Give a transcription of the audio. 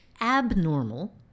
abnormal